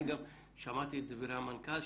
אני גם שמעתי את דברי המנכ"ל,